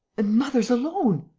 and mother's alone!